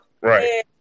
right